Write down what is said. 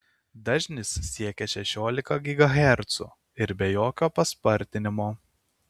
dažnis siekia šešiolika gigahercų ir be jokio paspartinimo